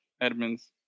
Edmonds